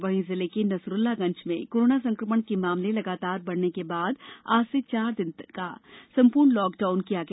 वहीं जिले के नसरुल्लागंज में कोरोना संक्रमण के मामले लगातार बढ़ने के बाद आज से चार दिन तक का संपूर्ण लॉकडाउन किया गया